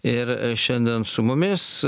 ir šiandien su mumis